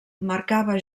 marcava